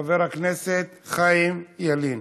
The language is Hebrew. חבר הכנסת חיים ילין.